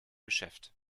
geschäft